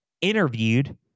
interviewed